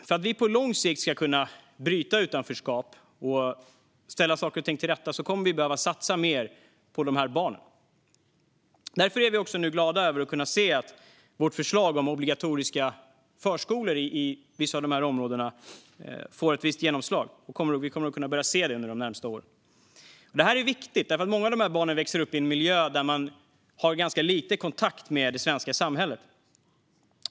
För att vi på lång sikt ska kunna bryta utanförskap och ställa saker och ting till rätta kommer vi att behöva satsa mer på de här barnen. Därför är vi nu glada att kunna se att vårt förslag om obligatoriska förskolor i vissa av dessa områden får ett visst genomslag. Vi kommer att kunna se det de närmaste åren. Detta är viktigt, eftersom många av de här barnen växer upp i en miljö där man har ganska lite kontakt med det svenska samhället.